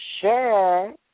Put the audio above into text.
sure